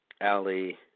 Ali